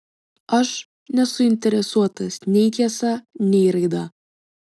aš nesuinteresuotas nei tiesa nei raida